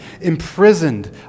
imprisoned